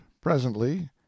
presently